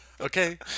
Okay